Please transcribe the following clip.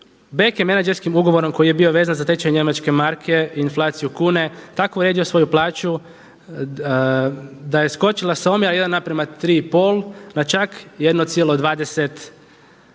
Bek je menadžerskih ugovorom koji je bio vezan za tečaj njemačke marke, inflaciju kune tako uredio svoju plaću da je skočila s omjera 1:3,5 na čak 1,20